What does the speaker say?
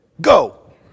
go